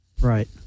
Right